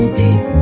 deep